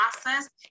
process